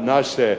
naše